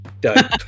done